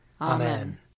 Amen